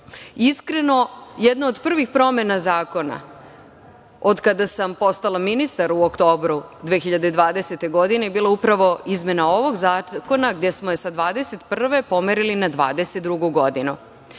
jedna od prvih promena zakona otkada sam postala ministar u oktobru 2020. godine je bila upravo izmena ovog zakona gde smo sa 2021. pomerili na 2022. godinu.